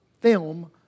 film